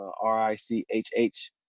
R-I-C-H-H